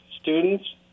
students